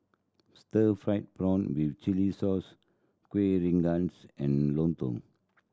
stir fried prawn with chili sauce Kuih Rengas and lontong